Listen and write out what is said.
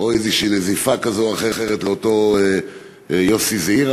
או איזה נזיפה כזאת או אחרת לאותו יוסי זעירא,